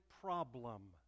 problem